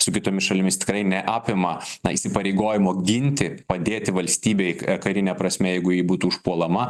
su kitomis šalimis tikrai ne apima na įsipareigojimo ginti padėti valstybei karine prasme jeigu ji būtų užpuolama